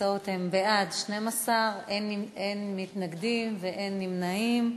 התוצאות הן: בעד, 12, אין מתנגדים ואין נמנעים.